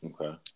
Okay